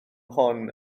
hon